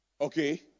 Okay